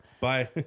Bye